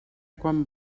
quan